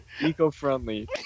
Eco-friendly